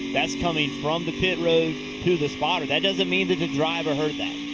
that's coming from the pit road to the spotter. that doesn't mean that the driver heard that.